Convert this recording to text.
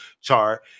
chart